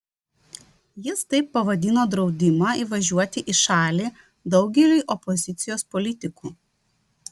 jis taip pavadino draudimą įvažiuoti į šalį daugeliui opozicijos politikų